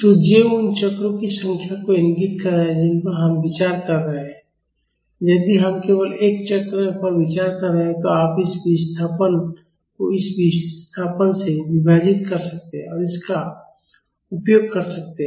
तो j उन चक्रों की संख्या को इंगित करता है जिन पर हम विचार कर रहे हैं यदि हम केवल एक चक्र पर विचार कर रहे हैं तो आप इस विस्थापन को इस विस्थापन से विभाजित कर सकते हैं और इसका उपयोग कर सकते हैं